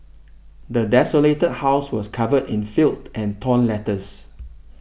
the desolated house was covered in filth and torn letters